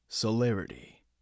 Celerity